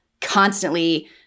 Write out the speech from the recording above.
constantly